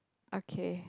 okay